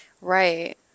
Right